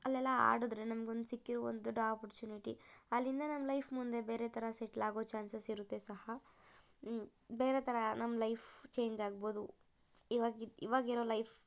ಅಲ್ಲೆಲ್ಲ ಹಾಡುದ್ರೆ ನಮ್ಗೊಂದು ಸಿಕ್ಕಿರೋ ಒಂದೊಡ್ಡ ಒಪೊರ್ಚುನಿಟಿ ಅಲ್ಲಿಂದ ನಮ್ಮ ಲೈಫ್ ಮುಂದೆ ಬೇರೆ ಥರ ಸೆಟ್ಲ್ ಆಗೋ ಚಾನ್ಸಸಿರುತ್ತೆ ಸಹ ಬೇರೆ ಥರ ನಮ್ಮ ಲೈಫ್ ಚೇಂಜ್ ಆಗ್ಬೊದು ಈವಾಗ ಈವಾಗಿರೋ ಲೈಫ್